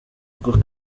rugo